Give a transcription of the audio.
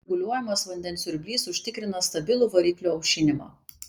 reguliuojamas vandens siurblys užtikrina stabilų variklio aušinimą